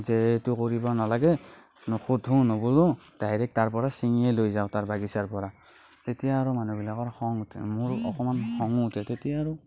যে এইটো কৰিব নালাগে নোসোধো নোবোলো ডাইৰেক্ট তাৰ পৰা ছিঙিয়ে লৈ যাও বাগিচাৰ পৰা তেতিয়া আৰু মানুহবিলাকৰ খং উঠে মোৰ অকমান খঙো উঠে তেতিয়া আৰু